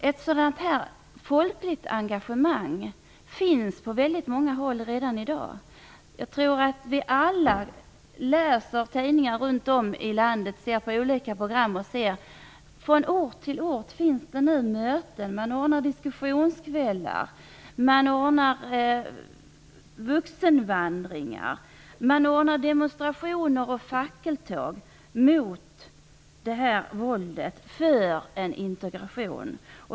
Ett sådant folkligt engagemang finns redan i dag på många håll. Jag tror att vi alla läser tidningar och ser på olika program där vi kan se att det ordnas möten och diskussionskvällar från ort till ort. Det ordnas vuxenvandringar, demonstrationer och fackeltåg mot våldet och för en integration.